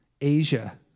Asia